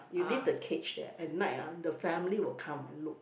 you leave the cage there at night ah the family will come and look